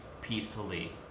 peacefully